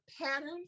pattern